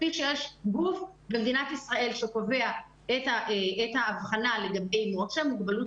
כפי שיש גוף במדינת ישראל שקובע את האבחנה למוגבלות